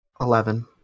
Eleven